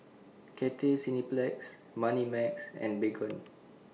Cathay Cineplex Moneymax and Baygon